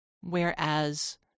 Whereas